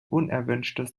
unerwünschtes